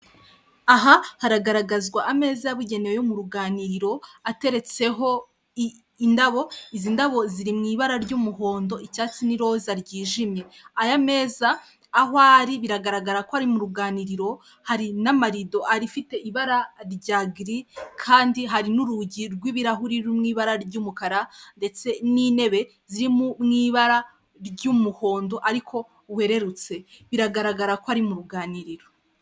Aha haragaragazwa ameza yabugenewe yo mu ruganiriro ateretseho indabo, izi ndabo ziri mu ibara ry'umuhondo icyatsi n'iroza ryijimye, aya meza aho ari biragaragara ko ari mu ruganiriro hari n'amarido ari ifite ibara rya giri kandi hari n'urugi rw'ibirahuri ruri mu ibara ry'umukara ndetse n'intebe ziri mu ibara ry'umuhondo ariko wererutse biragaragara ko ari mu ruganiriro.